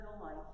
life